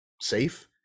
safe